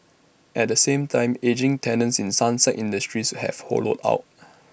at the same time ageing tenants in sunset industries have hollowed out